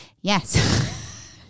yes